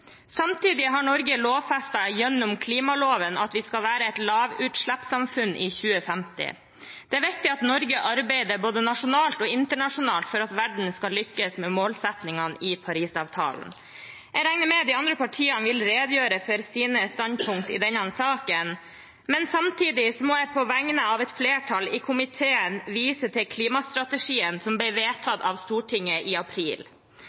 Samtidig har Norge lovfestet gjennom klimaloven at vi skal være et lavutslippssamfunn i 2050. Det er viktig at Norge arbeider både nasjonalt og internasjonalt for at verden skal lykkes med målsettingene i Parisavtalen. Jeg regner med at de andre partiene vil redegjøre for sine standpunkter i denne saken, men samtidig må jeg på vegne av et flertall i komiteen vise til klimastrategien som ble vedtatt av Stortinget i april.